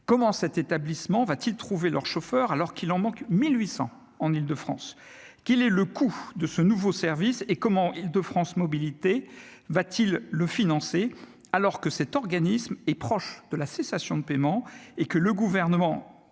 Comment cet établissement va-t-il trouver les chauffeurs nécessaires, alors qu'il en manque 1 800 en Île-de-France ? Quel est le coût de ce nouveau service et comment Île-de-France Mobilités va-t-il le financer, alors que cet organisme est proche de la cessation de paiements et que le Gouvernement